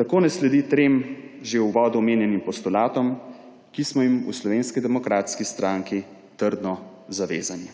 Tako ne sledi trem že v uvodu omenjenim postulatom, ki smo jim v Slovenski demokratski stranki trdno zavezani.